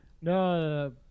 No